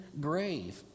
grave